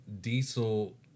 Diesel